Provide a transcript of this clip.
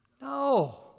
No